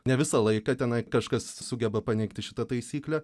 ne visą laiką tenai kažkas sugeba paneigti šitą taisyklę